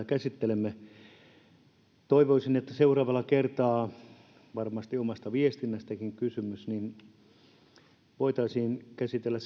käsittelemme toivoisin että seuraavalla kertaa varmasti on omasta viestinnästäkin kysymys voitaisiin käsitellä